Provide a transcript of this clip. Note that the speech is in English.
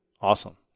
Awesome